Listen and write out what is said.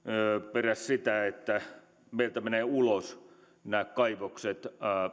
peräsi sitä että meiltä menevät ulos nämä kaivokset